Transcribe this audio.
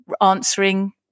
answering